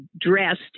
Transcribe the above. dressed